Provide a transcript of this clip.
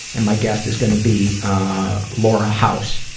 and my guest is going to be laura house.